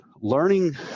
learning